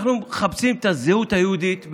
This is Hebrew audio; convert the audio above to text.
כשאנחנו מחפשים את הזהות היהודית.